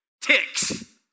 ticks